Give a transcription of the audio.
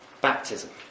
Baptism